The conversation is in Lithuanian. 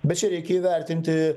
bet čia reikia įvertinti